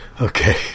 Okay